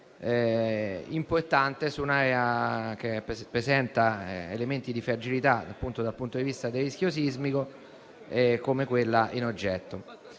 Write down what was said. importante su un'area che presenta elementi di fragilità dal punto di vista del rischio sismico come quella in oggetto.